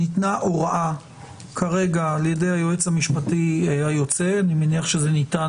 שניתנה הוראה כרגע ע"י היועץ המשפטי היוצא אני מניח שזה ניתן